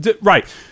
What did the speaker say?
Right